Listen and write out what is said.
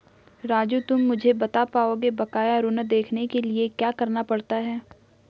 राजू तुम मुझे बता पाओगे बकाया ऋण देखने के लिए क्या करना पड़ता है?